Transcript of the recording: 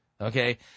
Okay